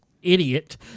Idiot